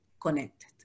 connected